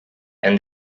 and